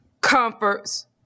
comforts